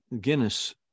Guinness